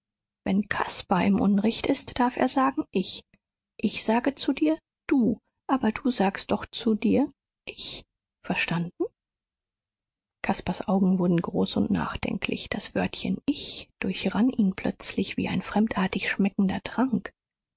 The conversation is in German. wenn caspar im unrecht ist darf er sagen ich ich sage zu dir du aber du sagst doch zu dir ich verstanden caspars augen wurden groß und nachdenklich das wörtchen ich durchrann ihn plötzlich wie ein fremdartig schmeckender trank